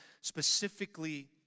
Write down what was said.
specifically